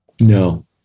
no